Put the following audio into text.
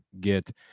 Get